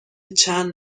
چند